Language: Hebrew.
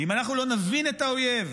אם אנחנו לא נבין את האויב,